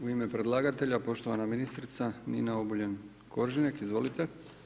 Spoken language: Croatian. U ime predlagatelja poštovana ministrica Nina Obuljen Koržinek, izvolite.